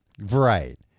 Right